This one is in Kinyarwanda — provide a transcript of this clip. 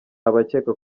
abakeka